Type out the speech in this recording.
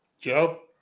Joe